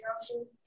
option